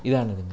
ഇതാണ് ഇതിൻ്റെ